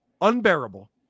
unbearable